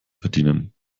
verdienen